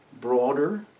broader